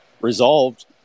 resolved